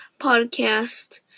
podcast